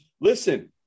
listen